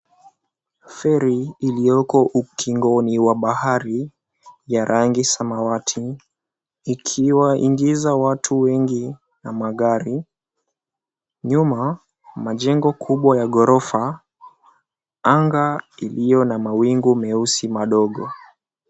Feri ilioko ukingoni wa bahari ya rangi samawati ikiwaingiza watu wengi na magari, nyuma majengo kubwa ya ghorofa, anga iliyo na mwawingu meusi madogo.